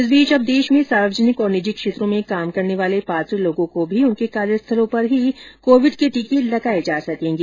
इस बीच अब देश में सार्वजनिक और निजी क्षेत्रों में काम करने वाले पात्र लोगों को भी उनके कार्यस्थलों पर ही कोविड के टीके लगाए जा सकेंगे